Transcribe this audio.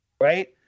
right